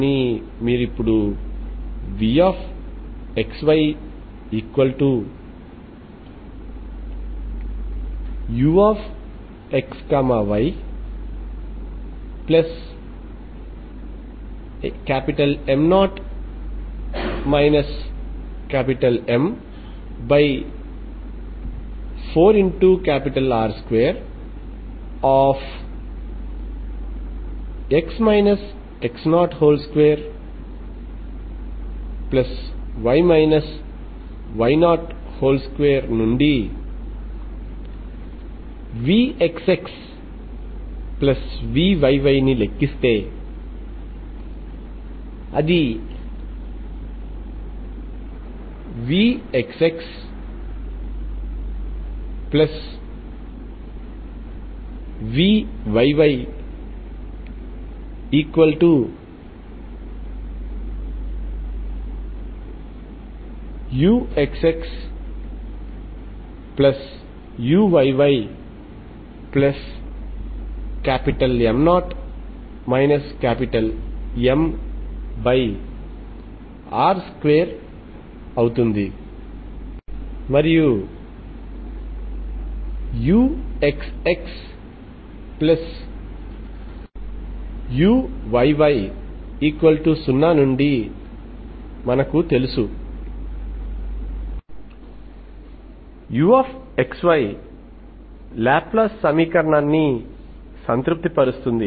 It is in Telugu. కానీ మీరు ఇప్పుడు vxyuxyM0 M4R2x x02y y02 నుండి vxxvyy ని లెక్కిస్తే అది vxxvyyuxxuyyM0 MR2 అవుతుంది మరియు uxxuyy0 నుండి మనకు తెలుసు uxy లాప్లాస్ సమీకరణాన్ని సంతృప్తిపరుస్తుంది